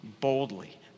boldly